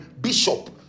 bishop